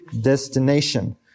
destination